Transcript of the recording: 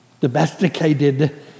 domesticated